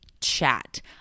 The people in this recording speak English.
chat